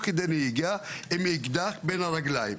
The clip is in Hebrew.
בן כמה, תוך כדי נהיגה עם אקדח בן הרגליים.